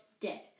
dead